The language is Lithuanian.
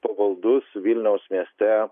pavaldus vilniaus mieste